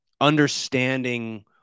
understanding